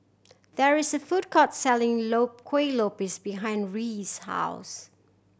there is a food court selling Kueh Lopes behind Reese's house